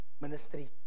ministry